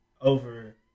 over